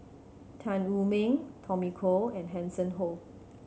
Tan Wu Meng Tommy Koh and Hanson Ho